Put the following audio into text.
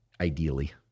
ideally